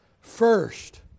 first